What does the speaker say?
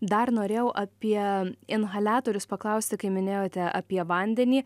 dar norėjau apie inhaliatorius paklausti kai minėjote apie vandenį